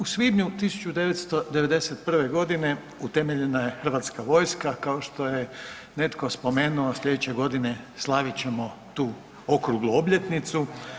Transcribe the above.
U svibnju 1991. godine utemeljena je Hrvatska vojska, kao što je netko spomenuo sljedeće godine slavit ćemo tu okruglu obljetnicu.